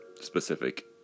specific